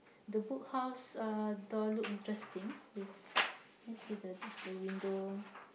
the Book House uh door look interesting with can see the the window